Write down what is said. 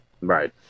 right